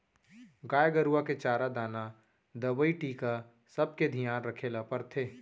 गाय गरूवा के चारा दाना, दवई, टीका सबके धियान रखे ल परथे